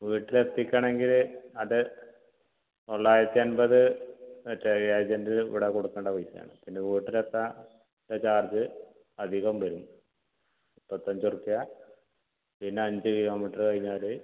വീട്ടിൽ എത്തിക്കണമെങ്കിൽ അത് തൊള്ളായിരത്തി അൻപത് മറ്റേ ഏജൻറിന് ഇവിടെ കൊടുക്കേണ്ടതില്ല പിന്നെ വീട്ടിലെത്താനുള്ള ചാർജ് അധികം വരും മുപ്പത്തഞ്ച് റുപ്യ പിന്നെ അഞ്ച് കിലോമീറ്റർ കഴിഞ്ഞാൽ